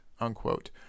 unquote